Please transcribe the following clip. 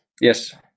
Yes